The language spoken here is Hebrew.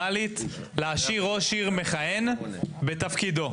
פרסונלית להשאיר ראש עיר מכהן בתפקידו.